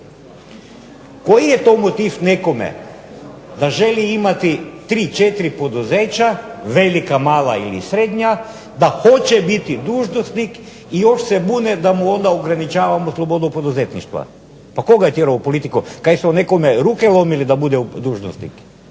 Koji je to motiv nekome da želi imati 3, 4 poduzeća velika, mala ili srednja da hoće biti dužnosnik i još se bune da mu onda ograničavamo slobodu poduzetništva. Pa tko ga je tjerao u politiku? Kaj su nekome ruke lomili da bude dužnosnik?